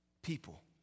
People